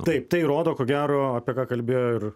taip tai rodo ko gero apie ką kalbėjo ir